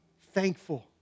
Thankful